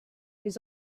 his